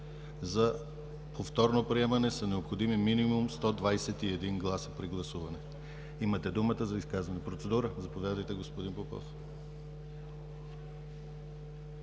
За повторно приемане са необходими минимум 121 гласа при гласуването. Имате думата за изказвания. Процедура? Заповядайте, господин Попов.